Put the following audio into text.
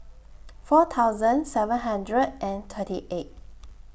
four thousand seven hundred and thirty eight